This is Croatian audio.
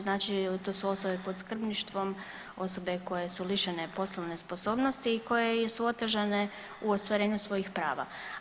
Znači to su osobe pod skrbništvom, osobe koje su lišene poslovne sposobnosti i koje su otežane u ostvarenju svojih prava.